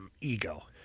ego